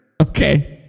okay